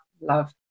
love